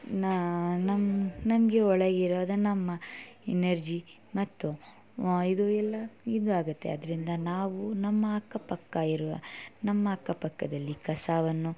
ನಾ ನಮಗೆ ಒಳಗಿರೋದು ನಮ್ಮ ಎನರ್ಜಿ ಮತ್ತು ಇದು ಎಲ್ಲಾ ಇದು ಆಗುತ್ತೆ ಅದರಿಂದ ನಾವು ನಮ್ಮ ಅಕ್ಕ ಪಕ್ಕ ಇರುವ ನಮ್ಮ ಅಕ್ಕ ಪಕ್ಕದಲ್ಲಿ ಕಸವನ್ನು